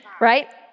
right